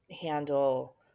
handle